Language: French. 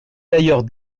d’ailleurs